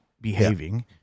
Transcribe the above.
behaving